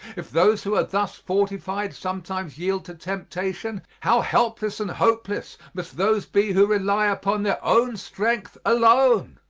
if those who thus fortified sometimes yield to temptation, how helpless and hopeless must those be who rely upon their own strength alone!